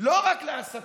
לא רק לעסקים,